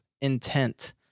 intent